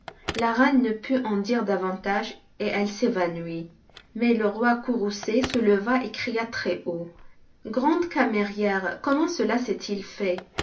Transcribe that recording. la reine ne put en dire davantage et elle s'évanouit mais le roi courroucé se leva et cria très-haut grande camérière comment cela s'est-il fait